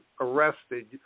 arrested